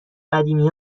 قدیمی